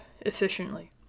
efficiently